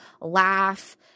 laugh